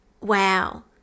wow